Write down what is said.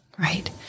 Right